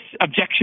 objection